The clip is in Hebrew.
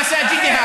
מסגדים,